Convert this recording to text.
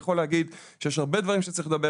אני יכול להגיד שיש הרבה דברים שצריך לדבר